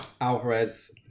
Alvarez